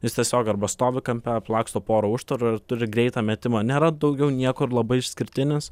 jis tiesiog arba stovi kampe aplaksto porą užtvarų ir turi greitą metimą nėra daugiau niekur labai išskirtinis